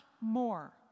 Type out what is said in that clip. more